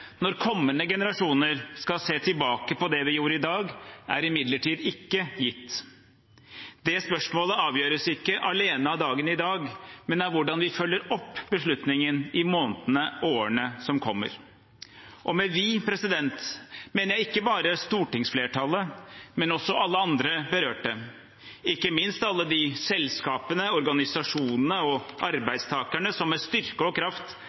når kommende generasjoner skal se tilbake på det vi gjorde i dag, er imidlertid ikke gitt. Det spørsmålet avgjøres ikke alene av dagen i dag, men av hvordan vi følger opp beslutningen i månedene og årene som kommer. Og med «vi» mener jeg ikke bare stortingsflertallet, men også alle andre berørte, ikke minst alle de selskapene, organisasjonene og arbeidstakerne som med styrke og kraft